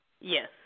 Yes